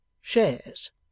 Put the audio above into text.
Shares